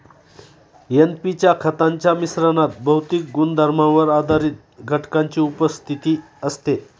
NP च्या खतांच्या मिश्रणात भौतिक गुणधर्मांवर आधारित घटकांची उपस्थिती असते